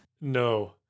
No